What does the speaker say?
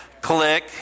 click